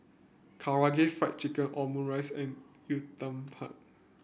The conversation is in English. Karaage Fried Chicken Omurice and Uthapam